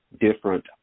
different